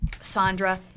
Sandra